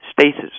Stasis